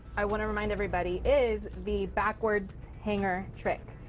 i want to remind everybody is the backwards hangar trick.